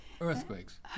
Earthquakes